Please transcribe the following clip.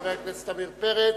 חבר הכנסת עמיר פרץ,